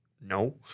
No